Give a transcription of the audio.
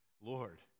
Lord